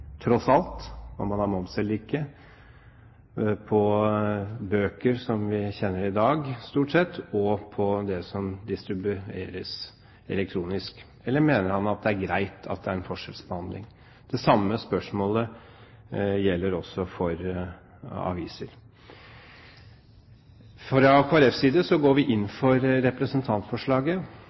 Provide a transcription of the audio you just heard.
tross alt, om man har moms eller ikke, av bøker, slik som vi kjenner det i dag, og av det som distribueres elektronisk, eller mener han at det er greit at det er en forskjellsbehandling? Det samme spørsmålet gjelder også for aviser. Fra Kristelig Folkepartis side går vi inn for representantforslaget.